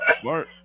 Smart